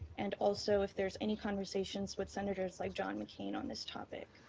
and also if there's any conversations with senators like john mccain on this topic?